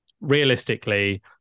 realistically